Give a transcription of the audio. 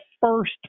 first